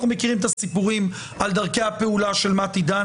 אנחנו מכירים את הסיפורים על דרכי הפעולה של מתי דן,